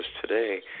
today